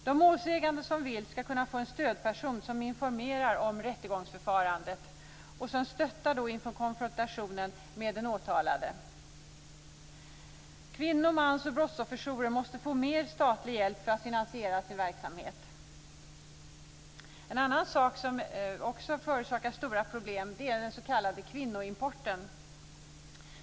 De målsägande som så vill ska kunna få en stödperson som informerar om rättegångsförfarandet och som stöttar inför konfrontationen med den åtalade. Kvinno-, mans och brottsofferjourer måste få mer statlig hjälp för att finansiera sin verksamhet. En annan sak som också förorsakar stora problem är den s.k. kvinnoimporten.